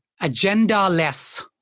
agenda-less